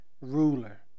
ruler